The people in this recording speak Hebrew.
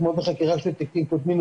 כמו בחקירות של תיקים קודמים,